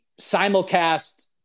simulcast